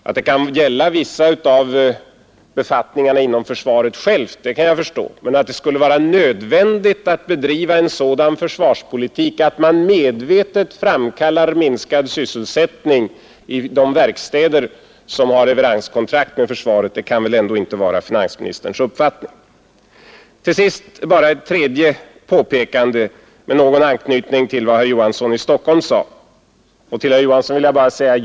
Att det kan gälla vissa av befattningarna inom försvaret självt kan jag förstå, men att det skulle vara nödvändigt att bedriva en sådan försvarspolitik att man medvetet framkallar minskad sysselsättning i de verkstäder som har leveranskontrakt med försvaret kan väl ändå inte vara finansministerns uppfattning. Till sist ett tredje påpekande med någon anknytning till vad herr Olof Johansson i Stockholm sade.